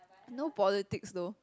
no politics though